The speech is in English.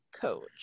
coach